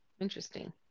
interesting